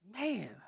Man